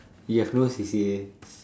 you have no C_C_A